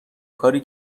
کاری